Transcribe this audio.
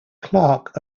clarke